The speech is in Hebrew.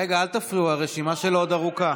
רגע, אל תפריעו, הרשימה שלו עוד ארוכה.